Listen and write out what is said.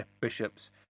bishops